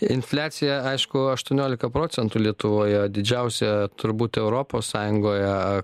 infliacija aišku aštuoniolika procentų lietuvoje didžiausia turbūt europos sąjungoje